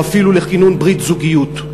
או אפילו לכינון ברית זוגיות.